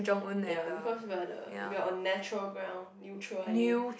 ya because we're the we're on natural ground neutral I mean